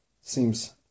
seems